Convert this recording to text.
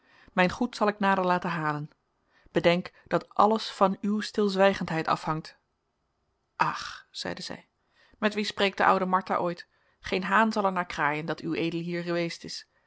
mijn goed zal ik nader laten halen bedenk dat alles van uw stilzwijgendheid afhangt ach zeide zij met wie spreekt de oude martha ooit geen haan zal er na kraaien dat ued hier eweest is